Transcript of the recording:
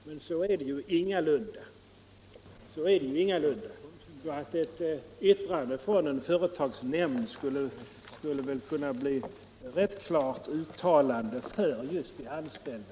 Men så är det ingalunda. Ett yttrande från en företagsnämnd skulle väl kunna bli en rätt klar viljeyttring från just de anställda.